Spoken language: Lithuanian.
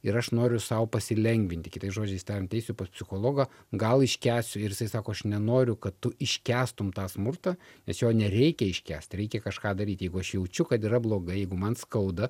ir aš noriu sau pasilengvinti kitais žodžiais tariant eisiu pas psichologą gal iškęsiu ir jisai sako aš nenoriu kad tu iškęstum tą smurtą nes jo nereikia iškęsti reikia kažką daryti jeigu aš jaučiu kad yra blogai jeigu man skauda